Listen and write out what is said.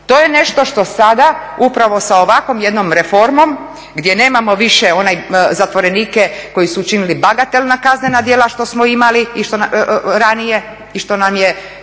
To je nešto što sada upravo sa ovakvom jednom reformom gdje nemamo više one zatvorenike koji su učinili bagatelna kaznena djela što smo imali ranije i što nam je